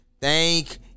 Thank